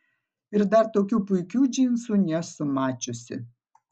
ir dar tokių puikių džinsų nesu mačiusi